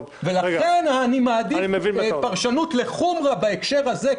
לכן אני מעדיף פרשנות לחומרה בהקשר הזה,